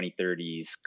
2030s